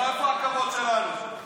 איפה הכבוד שלנו?